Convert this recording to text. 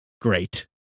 great